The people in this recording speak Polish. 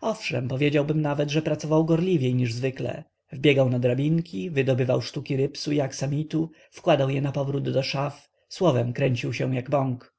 owszem powiedziałbym nawet że pracował gorliwiej niż zwykle wbiegał na drabinki wydobywał sztuki rypsu i aksamitu wkładał je napowrót do szaf słowem kręcił się jak bąk